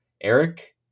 Eric